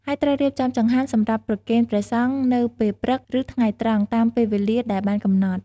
ហើយត្រូវរៀបចំចង្ហាន់សម្រាប់ប្រគេនព្រះសង្ឃនៅពេលព្រឹក ឬថ្ងៃត្រង់ តាមពេលវេលាដែលបានកំណត់។